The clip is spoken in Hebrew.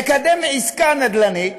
לקדם עסקה נדל"נית